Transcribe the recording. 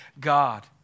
God